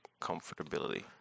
comfortability